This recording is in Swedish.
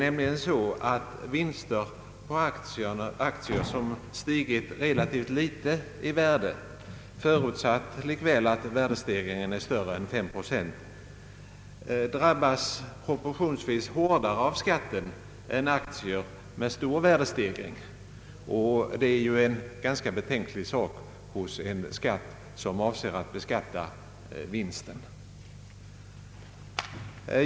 Vinster på aktier som har stigit relativt litet i värde, förutsatt likväl att värdestegringen är större än 5 procent, drabbas nämligen proportionsvis hårdare av skatten än aktier med stor värdestegring, vilket är en ganska betänklig sak hos en skatt, som avser att beskatta vinsten.